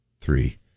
three